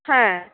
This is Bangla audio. হ্যাঁ